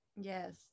Yes